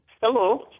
hello